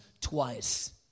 twice